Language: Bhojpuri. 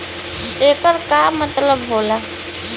येकर का मतलब होला?